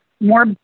more